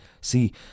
See